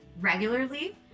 regularly